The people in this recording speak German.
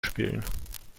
spielen